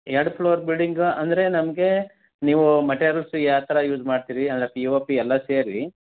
ಎರಡು floor building ಅಂದರೆ ನಮಗೆ ನೀವು ಮೆಟೆಲ್ಸ್ ಯಾವ ಥರ ಯೂಸ್ ಮಾಡ್ತೀರಿ ಅಂದರೆ ಪಿಓಪಿ ಎಲ್ಲ ಸೇರಿ